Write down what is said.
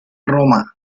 roma